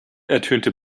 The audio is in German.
ertönte